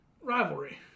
rivalry